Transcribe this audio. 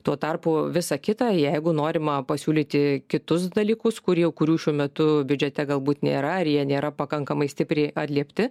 tuo tarpu visa kita jeigu norima pasiūlyti kitus dalykus kurie kurių šiuo metu biudžete galbūt nėra ar jie nėra pakankamai stipri atliepti